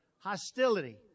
hostility